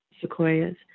sequoias